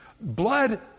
Blood